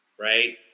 right